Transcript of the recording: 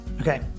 Okay